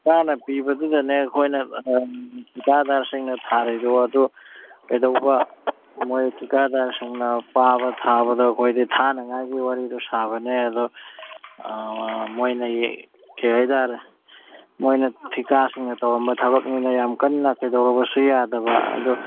ꯊꯤꯀꯥꯅ ꯄꯤꯕꯗꯨꯗꯅꯦ ꯑꯩꯈꯣꯏꯅ ꯊꯤꯀꯥꯗꯥꯔꯁꯤꯡꯅ ꯊꯥꯔꯤꯗꯣ ꯑꯗꯨ ꯀꯩꯗꯧꯕ ꯃꯣꯏ ꯊꯤꯀꯥꯗꯥꯔꯁꯤꯡꯅ ꯄꯥꯕ ꯊꯥꯕꯗꯣ ꯑꯩꯈꯣꯏꯗꯤ ꯊꯥꯅꯉꯥꯏꯒꯤ ꯋꯥꯔꯤꯗꯣ ꯁꯥꯕꯅꯦ ꯑꯗꯣ ꯃꯣꯏꯅ ꯀꯔꯤ ꯍꯥꯏꯇꯔꯦ ꯃꯣꯏꯅ ꯊꯤꯀꯥꯁꯤꯡꯅ ꯇꯧꯔꯝꯕ ꯊꯕꯛꯅꯤꯅ ꯌꯥꯝ ꯀꯟꯅ ꯀꯩꯗꯧꯔꯨꯕꯁꯨ ꯌꯥꯗꯕ ꯑꯗꯣ